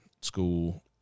school